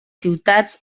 ciutats